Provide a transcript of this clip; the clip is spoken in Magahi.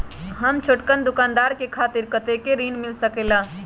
हम छोटकन दुकानदार के खातीर कतेक ऋण मिल सकेला?